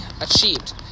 achieved